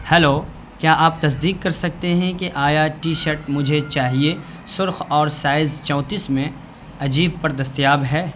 hello کیا آپ تصدیک کر سکتے ہیں کہ آیا ٹی شرٹ مجھے چاہیے سرخ اور سائز چونتیس میں اجیو پر دستیاب ہے